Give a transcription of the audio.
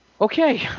Okay